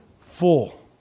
full